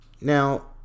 Now